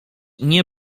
nie